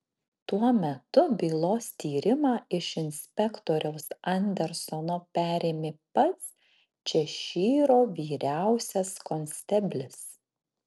tuo metu bylos tyrimą iš inspektoriaus andersono perėmė pats češyro vyriausias konsteblis